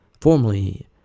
formerly